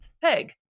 Peg